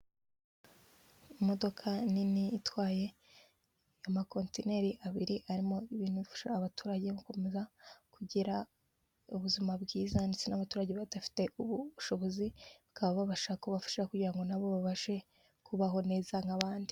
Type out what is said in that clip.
Imodoka nini itwaye ama kontineri abiri arimo ibintu bifasha abaturage gukomeza kugira ubuzima bwiza, ndetse n'abaturage badafite ubushobozi bwabo bashaka kubafasha kugira nabo babashe kubaho neza nk'abandi.